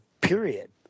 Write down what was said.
Period